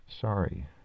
Sorry